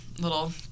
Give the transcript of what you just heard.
little